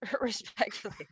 respectfully